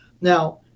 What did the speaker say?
Now